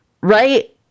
right